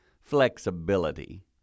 flexibility